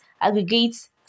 aggregates